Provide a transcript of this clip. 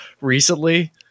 recently